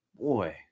Boy